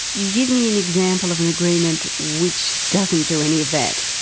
give me an example of an agreement which doesn't do any of that.